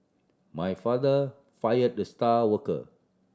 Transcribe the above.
my father fire the star worker